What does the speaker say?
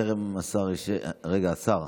רגע, השר,